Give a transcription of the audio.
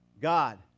God